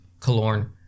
Kalorn